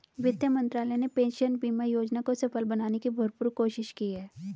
वित्त मंत्रालय ने पेंशन बीमा योजना को सफल बनाने की भरपूर कोशिश की है